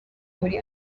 muri